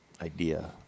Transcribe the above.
idea